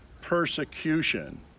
persecution